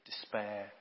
despair